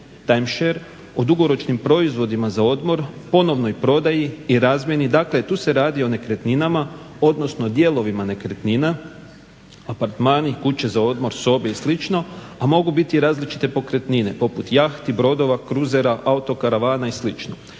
o dugoročnim proizvodima za odmor, ponovnoj prodaji i razmjeni. Dakle, tu se radi o nekretninama odnosno dijelovima nekretnina, apartmani, kuće za odmor, sobe i slično a mogu biti i različite pokretnine poput jahti, brodova, kruzera, auto karavana i